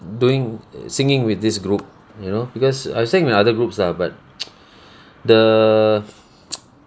doing singing with this group you know because I sang with other groups lah but the